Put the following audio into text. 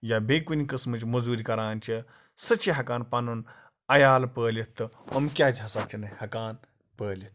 یا بیٚیہِ کُنۍ قٕسمٕچ مٔزوٗرۍ کَران چھِ سُہ چھِ ہٮ۪کان پَنُن عیال پٲلِتھ تہٕ یِم کیٛازِ ہسا چھِنہٕ ہٮ۪کان پٲلِتھ